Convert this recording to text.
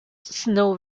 snow